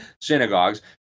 synagogues